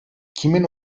kimin